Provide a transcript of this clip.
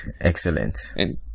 excellent